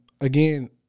Again